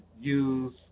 use